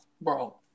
Bro